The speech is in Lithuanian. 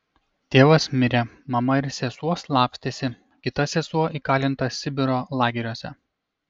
tėvas mirė mama ir sesuo slapstėsi kita sesuo įkalinta sibiro lageriuose